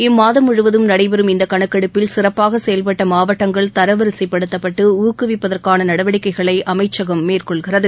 இம்மாதம் முழுவதும் நடைபெறும் இந்த கணக்கெடுப்பில் சிறப்பாக செயல்பட்ட மாவட்டங்கள் தரவரிசைப்படுத்தப்பட்டு ஊக்குவிப்பதற்கான நடவடிக்கைகளை அமைச்சகம் மேற்கொள்கிறது